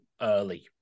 early